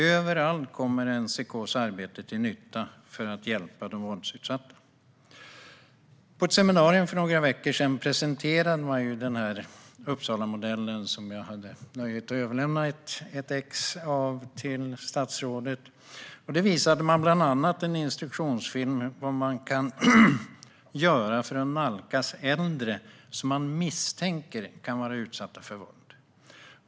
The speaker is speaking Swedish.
Överallt kommer NCK:s arbete till nytta för att hjälpa de våldsutsatta. På ett seminarium för några veckor sedan presenterades Uppsalamodellen, som jag hade nöjet att överlämna ett exemplar av till statsrådet. Där visades bland annat en instruktionsfilm om vad man kan göra för att nalkas äldre som man misstänker kan vara utsatta för våld.